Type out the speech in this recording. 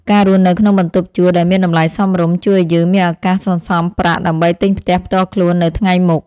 ការរស់នៅក្នុងបន្ទប់ជួលដែលមានតម្លៃសមរម្យ ជួយឱ្យយើងមានឱកាសសន្សំប្រាក់ដើម្បីទិញផ្ទះផ្ទាល់ខ្លួននៅថ្ងៃមុខ។